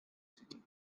city